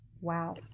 wow